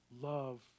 love